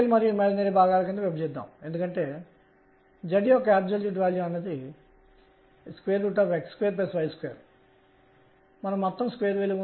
మరియు లు ఒకదానికొకటి లంబంగా ఉంటాయి